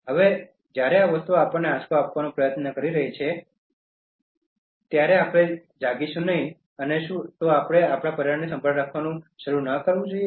હવે જ્યારે આ વસ્તુઓ આપણને આંચકો આપવાનો પ્રયત્ન કરી રહી છે ત્યારે આપણે જાગીશું નહીં અને શું આપણે આપણા પર્યાવરણની સંભાળ રાખવાનું શરૂ ન કરવું જોઈએ